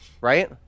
right